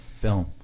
film